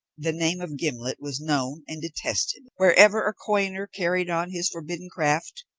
the name of gimblet was known and detested wherever a coiner carried on his forbidden craft,